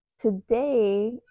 Today